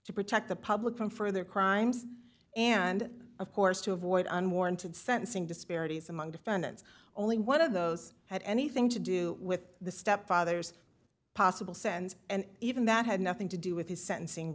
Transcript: to protect the public from further crimes and of course to avoid unwarranted sentencing disparities among defendants only one of those had anything to do with the stepfather's possible sense and even that had nothing to do with the sentencing